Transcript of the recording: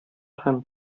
һәм